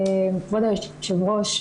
כבוד היושב ראש,